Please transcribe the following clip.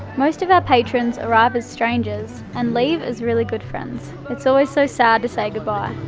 most of our patrons arrive as strangers and leave as really good friends. it's always so sad to say goodbye.